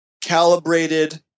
Calibrated